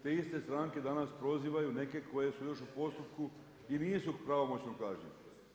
Te iste stranke danas prozivaju neke koje su još u postupku i nisu pravomoćno kažnjene.